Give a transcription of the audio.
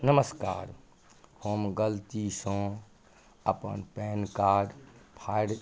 नमस्कार हम गलतीसँ अपन पैन कार्ड फाड़ि